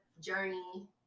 journey